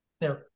Now